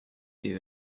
you